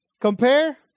Compare